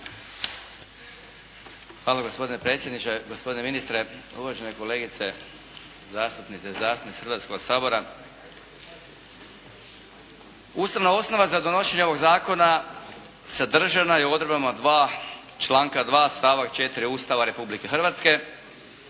Hvala gospodine predsjedniče, gospodine ministre, uvažene kolegice zastupnice i zastupnici Hrvatskoga sabora. Ustavna osnova za donošenje ovog zakona sadržana je odredbama 2., članka 2. stavak 4. Ustava Republike Hrvatske.